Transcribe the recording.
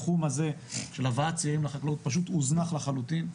התחום הזה של הבאת צעירים לחקלאות פשוט הוזנח לחלוטין.